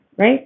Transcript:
right